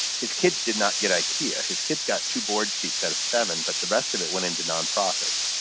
his kids did not get ikea. his kids got two board seats out of seven but the rest of it went into non-profits.